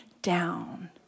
Down